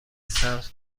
سبز